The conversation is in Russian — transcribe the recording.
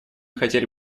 хотели